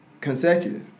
Consecutive